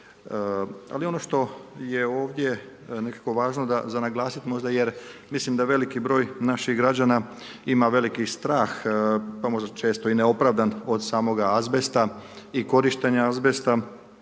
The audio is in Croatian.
Ali ono što je ovdje nekako važno za naglasiti možda jer mislim da veliki broj naših građana ima veliki strah pa možda često i neopravdan od samoga azbesta i korištenja azbesta.